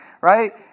right